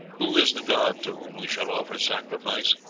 who is the god to whom we shall offer sacrifice?